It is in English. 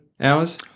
hours